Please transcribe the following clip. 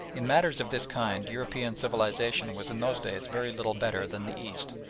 in matters of this kind european civilisation was in those days very little better than the east.